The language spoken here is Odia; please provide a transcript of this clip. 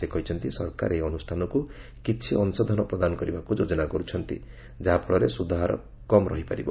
ସେ କହିଛନ୍ତି ସରକାର ଏହି ଅନୁଷାନକୁ କିଛି ଅଂଶଧନ ପ୍ରଦାନ କରିବାକୁ ଯୋଜନା କରୁଛନ୍ତି ଯାହାଫଳରେ ସୁଧହାର କମ୍ ରହିପାରିବ